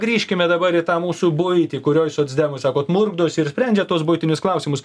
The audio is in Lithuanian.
grįžkime dabar į tą mūsų buitį kurioj socdemai sakot murkdosi ir sprendžia tuos buitinius klausimus